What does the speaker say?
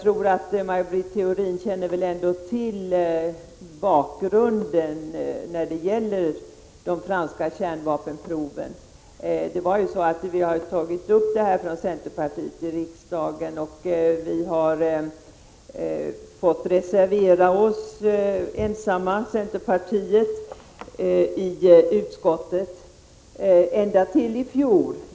Men hon känner väl ändå till bakgrunden när det gäller de franska kärnvapenproven. Vi har tagit upp frågan från centerpartiet i riksdagen, och vi har fått reservera oss ensamma i utskottet ända till i fjol.